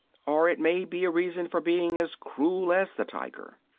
or it may be a reason for being as cruel as the tiger.